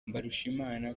mbarushimana